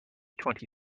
twenty